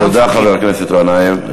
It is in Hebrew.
תודה, חבר הכנסת גנאים.